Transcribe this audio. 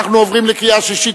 אנחנו עוברים לקריאה שלישית.